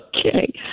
Okay